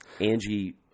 Angie